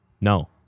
No